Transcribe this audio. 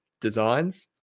designs